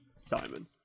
simon